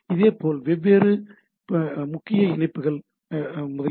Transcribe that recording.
இதேபோல் வெவ்வேறு முக்கிய இணைப்புகள் முதலியன